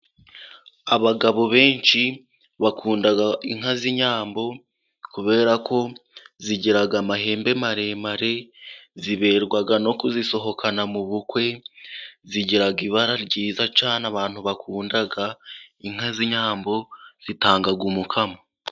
Abagabo benshi bakunda inka z'inyambo, kubera ko zigira amahembe maremare, ziberwa no kuzisohokana mu bukwe, zigira ibara ryiza cyane abantu bakunda, inka z'inyambo, zitanga umukamo.